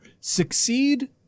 succeed